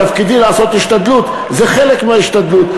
תפקידי לעשות השתדלות, זה חלק מההשתדלות.